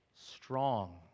Strong